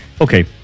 okay